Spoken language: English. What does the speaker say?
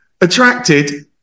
attracted